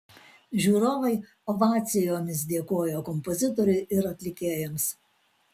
žiūrovai ovacijomis dėkojo kompozitoriui ir atlikėjams